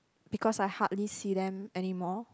because I hardly see them anymore